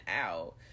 out